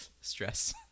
stress